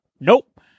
nope